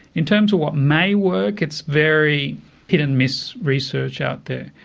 in terms of what may work, it's very hit-and-miss research out there.